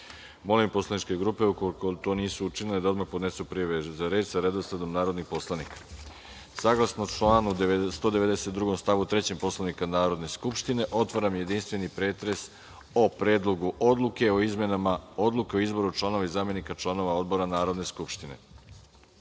grupe. Molim poslaničke grupe, ukoliko to nisu učinile, da odmah podnesu prijave za reč sa redosledom narodnih poslanika. Saglasno članu 192. stav 3. Poslovnika Narodne skupštine, otvaram jedinstveni pretres o Predlogu odluke o izmenama Odluke o izboru članova i zamenika članova odbora Narodne skupštine. Da